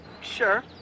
Sure